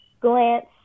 glance